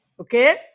Okay